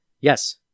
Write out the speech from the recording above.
Yes